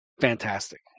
fantastic